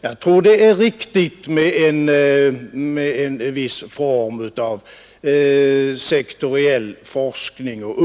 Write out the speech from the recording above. Jag anser det vara riktigt med en viss form av sektoriell forskning.